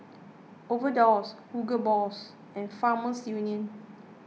Overdose Hugo Boss and Farmers Union